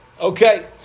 Okay